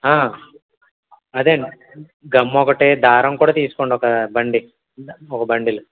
అదే అండి గమ్ ఒకటి దారం కూడా తీసుకొండి ఒక బండి ఒక బండిల్